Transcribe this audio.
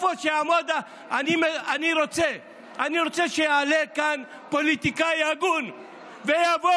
אני רוצה שיעלה לכאן פוליטיקאי הגון ויבוא